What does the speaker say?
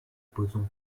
posons